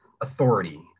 authority